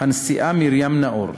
הנשיאה מרים נאור,